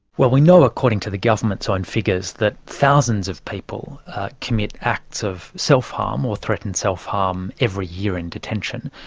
well, we know according to the government's own figures that thousands of people commit acts of self-harm or threaten self-harm every year in detention.